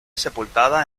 sepultada